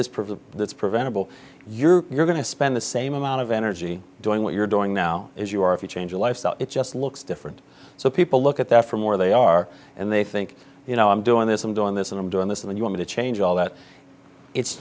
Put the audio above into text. that's preventable you're going to spend the same amount of energy doing what you're doing now is you are if you change your lifestyle it just looks different so people look at that from where they are and they think you know i'm doing this i'm doing this and i'm doing this and you want to change all that it's